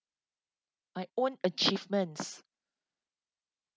my own achievements